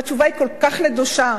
והתשובה היא כל כך נדושה.